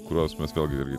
kurios mes vėlgi irgi